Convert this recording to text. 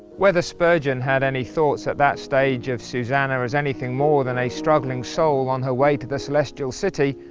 whether spurgeon had any thoughts, at that stage, of susannah, as anything more than a struggling soul on her way to the celestial city,